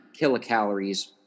kilocalories